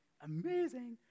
Amazing